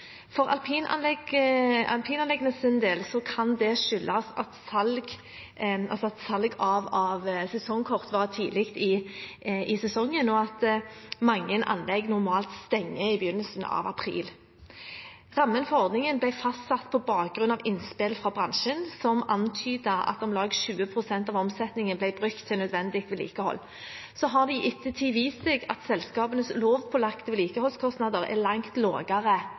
For alpinanleggenes del kan det skyldes at salget av sesongkort var tidlig i sesongen, og at mange anlegg normalt stenger i begynnelsen av april. Rammen for ordningen ble fastsatt på bakgrunn av innspill fra bransjen, som antydet at om lag 20 pst. av omsetningen ble brukt til nødvendig vedlikehold. Så har det i ettertid vist seg at selskapenes lovpålagte vedlikeholdskostnader er